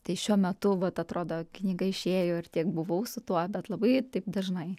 tai šiuo metu vat atrodo knyga išėjo ir tiek buvau su tuo bet labai taip dažnai